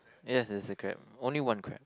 yes there's a crab only one crab